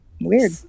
Weird